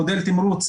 מודל תמרוץ,